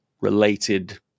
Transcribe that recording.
related